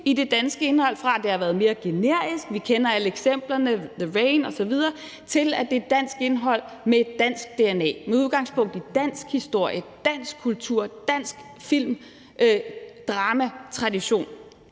i det danske indhold, fra at det har været mere generisk – vi kender alle eksemplerne som f.eks. »The Rain« osv. – til, at det er dansk indhold med et dansk dna, med udgangspunkt i dansk historie, dansk kultur og dansk film- og dramatradition,